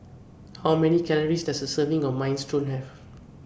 How Many Calories Does A Serving of Minestrone Have